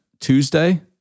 Tuesday